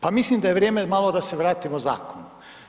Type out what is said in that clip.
Pa mislim da je vrijeme malo da se vratimo zakonu.